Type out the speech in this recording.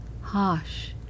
harsh